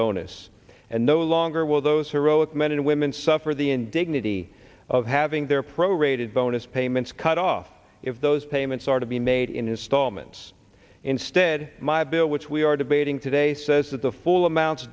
bonus and no longer will those heroic men and women suffer the indignity of having their pro rated bonus payments cut off if those payments are to be made in his stallman's instead my bill which we are debating today says that the full amounts